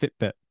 Fitbit